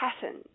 pattern